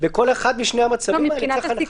בכל אחד משני המצבים האלה צריך הנחיה.